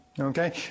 Okay